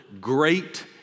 great